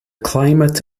climate